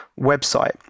website